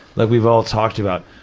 like we've all talked about,